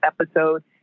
episode